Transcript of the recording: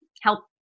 help